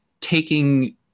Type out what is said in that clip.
taking